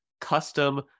custom